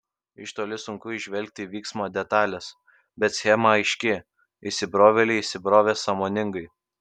iš toli sunku įžvelgti vyksmo detales bet schema aiški įsibrovėliai įsibrovė sąmoningai